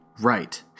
Right